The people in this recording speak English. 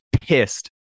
pissed